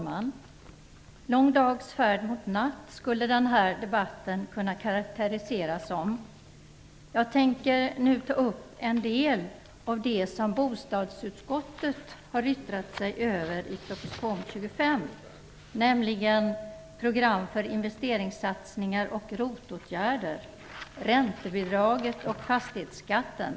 Fru talman! Den här debatten skulle kunna karakteriseras som "lång dags färd mot natt". Jag tänker nu ta upp den del av proposition nr 25 som bostadsutskottet har yttrat sig över, nämligen program för investeringssatsningar och ROT-åtgärder, räntebidraget och fastighetsskatten.